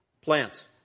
plants